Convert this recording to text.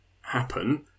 happen